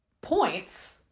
points